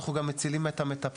אנחנו גם מצילים את המטפלת.